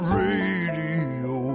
radio